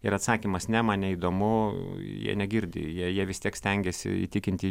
ir atsakymas ne man neįdomu jie negirdi jie jie vis tiek stengiasi įtikinti